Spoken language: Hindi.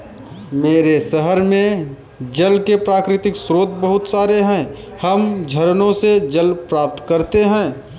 मेरे शहर में जल के प्राकृतिक स्रोत बहुत सारे हैं हम झरनों से जल प्राप्त करते हैं